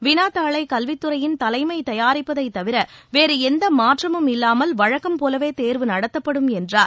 வினாத் தாளை கல்வித் துறையின் தலைமை தயாரிப்பதைத் தவிர வேறு எந்த மாற்றமும் இல்லாமல் வழக்கம்போலவே தேர்வு நடத்தப்படும் என்றார்